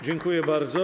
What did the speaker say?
Dziękuję bardzo.